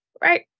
Right